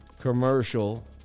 commercial